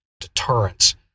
deterrence